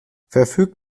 verfügt